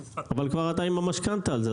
אבל אתה כבר עם המשכנתה על זה.